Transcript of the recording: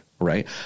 Right